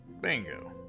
Bingo